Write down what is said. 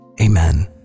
Amen